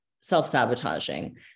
self-sabotaging